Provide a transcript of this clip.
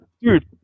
dude